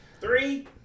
Three